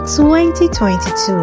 2022